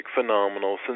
phenomenal